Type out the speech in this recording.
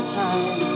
time